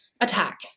attack